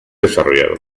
desarrollados